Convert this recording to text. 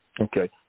Okay